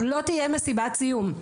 לא תהיה מסיבת סיום.